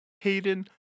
Hayden